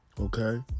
Okay